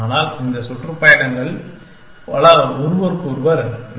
ஆனால் இந்த சுற்றுப்பயணங்கள் பல ஒருவருக்கொருவர் நகல்